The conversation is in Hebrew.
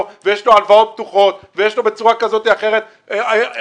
ויש לו הלוואות פתוחות ויש לו בצורה כזאת או אחרת התחייבויות,